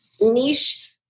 niche